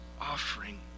offering